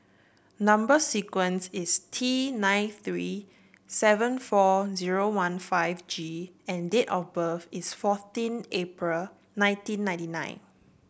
number sequence is T nine three seven four zero one five G and date of birth is fourteen April nineteen ninety nine